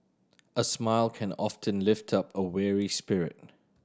a smile can often lift up a weary spirit